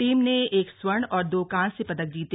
team ने एक स्वर्ण और दो कांस्य पदक जीते